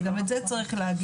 אז גם את זה צריך להגיד,